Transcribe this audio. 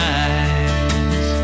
eyes